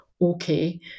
Okay